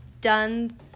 done